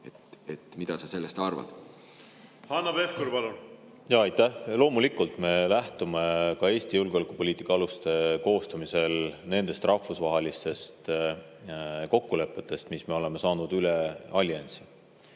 Hanno Pevkur, palun! Hanno Pevkur, palun! Jaa, aitäh! Loomulikult me lähtume ka Eesti julgeolekupoliitika aluste koostamisel nendest rahvusvahelistest kokkulepetest, mis me oleme saanud üle alliansi.